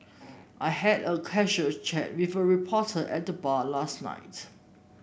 I had a casual chat with a reporter at the bar last night